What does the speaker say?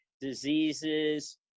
diseases